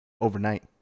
overnight